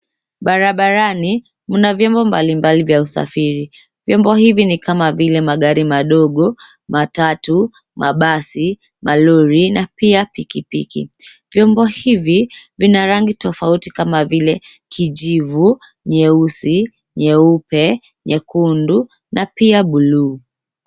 Barabarani mna vyombo mbalimbali vya usafiri. vyombo hivi ni kama vile magari madogo, matatu, mabasi, malori na pia pikipiki. Vyombo hivi vina rangi tofauti kama vile kijivu, nyeusi, nyeupe, nyekundu na pia bluu.